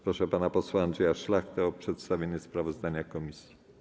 Proszę pana posła Andrzeja Szlachtę o przedstawienie sprawozdania komisji.